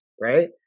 right